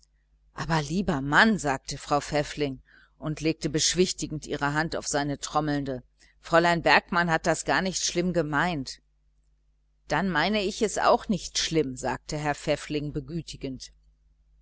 aber lieber mann sagte frau pfäffling und legte beschwichtigend ihre hand auf seine trommelnde fräulein bergmann hat das gar nicht schlimm gemeint dann meine ich es auch nicht schlimm sagte herr pfäffling begütigend